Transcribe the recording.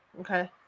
Okay